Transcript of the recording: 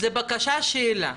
זאת בקשה שאלה.